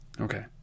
Okay